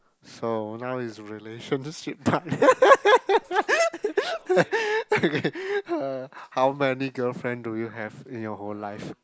so now is relationship part okay uh how many girlfriend do you have in your whole life